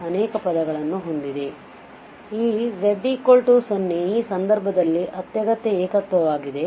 ಆದ್ದರಿಂದ ಈ z 0 ಈ ಸಂದರ್ಭದಲ್ಲಿ ಅತ್ಯಗತ್ಯ ಏಕತ್ವವಾಗಿದೆ